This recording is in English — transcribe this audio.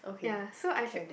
okay can